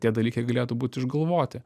tie dalykai galėtų būt išgalvoti